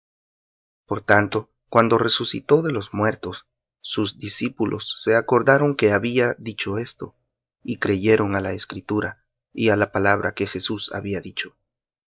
por tanto cuando resucitó de los muertos sus discípulos se acordaron que había dicho esto y creyeron á la escritura y á la palabra que jesús había dicho